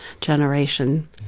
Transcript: generation